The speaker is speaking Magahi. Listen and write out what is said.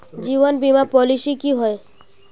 जीवन बीमा पॉलिसी की होय?